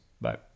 Bye